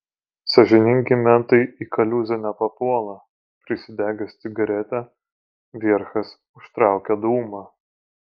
sąžiningi mentai į kaliūzę nepapuola prisidegęs cigaretę vierchas užtraukė dūmą